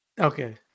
Okay